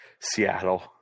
Seattle